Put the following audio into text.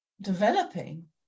developing